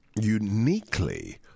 uniquely